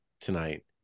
tonight